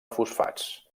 fosfats